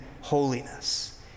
holiness